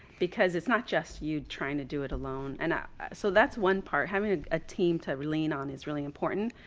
because it's not just you trying to do it alone. and ah so that's one part having a team to lean on is really important.